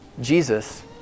Jesus